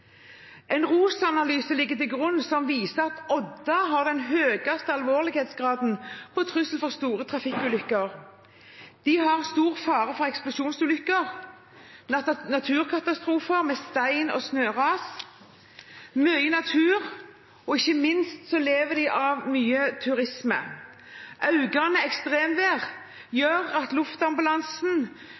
En ROS-analyse som ligger til grunn, viser at Odda har den høyeste alvorlighetsgraden når det gjelder faren for store trafikkulykker. Det er stor fare for eksplosjonsulykker og naturkatastrofer med stein og snøras, de har mye natur, og ikke minst lever de av mye turisme. Økende ekstremvær gjør at luftambulansen